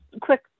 quick